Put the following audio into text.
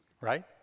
Right